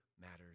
matters